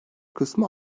kısmı